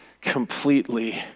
completely